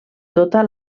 tota